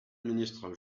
ministre